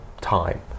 time